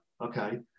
okay